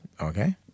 okay